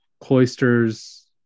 Cloisters